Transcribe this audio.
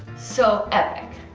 so epic.